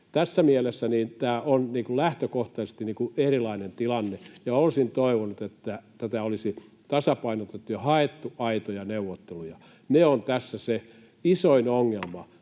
Tässä mielessä tämä on lähtökohtaisesti erilainen tilanne, ja olisin toivonut, että tätä olisi tasapainotettu ja haettu aitoja neuvotteluja. Se on tässä se isoin ongelma.